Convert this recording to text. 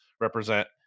represent